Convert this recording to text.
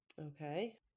Okay